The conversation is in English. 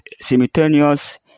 simultaneous